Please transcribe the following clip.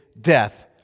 death